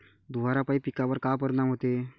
धुवारापाई पिकावर का परीनाम होते?